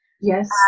Yes